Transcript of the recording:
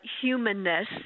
humanness